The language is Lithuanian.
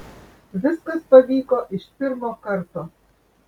viskas pavyko iš pirmo karto